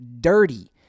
DIRTY